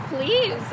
Please